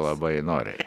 labai noriai